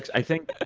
i think. ah